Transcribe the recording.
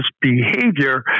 behavior